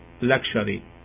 luxury